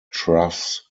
troughs